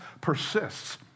persists